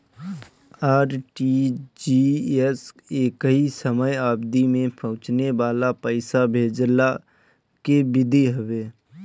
RTGS एकही समय अवधि में पहुंचे वाला पईसा भेजला के विधि हवे